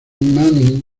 mami